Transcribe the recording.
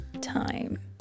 time